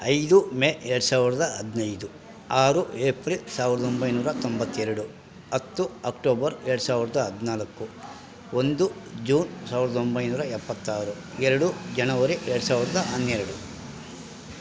ಐದು ಮೇ ಎರಡು ಸಾವಿರದ ಹದಿನೈದು ಆರು ಏಪ್ರಿಲ್ ಸಾವಿರದ ಒಂಬೈನೂರ ತೊಂಬತ್ತೆರಡು ಹತ್ತು ಅಕ್ಟೋಬರ್ ಎರಡು ಸಾವಿರದ ಹದಿನಾಲ್ಕು ಒಂದು ಜೂನ್ ಸಾವಿರದ ಒಂಬೈನೂರ ಎಪ್ಪತ್ತಾರು ಎರಡು ಜನವರಿ ಎರಡು ಸಾವಿರದ ಹನ್ನೆರಡು